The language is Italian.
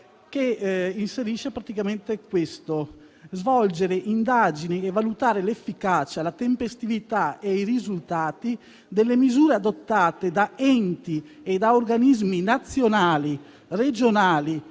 con la seguente: «svolgere indagini e valutare l'efficacia, la tempestività e i risultati delle misure adottate da enti e da organismi nazionali, regionali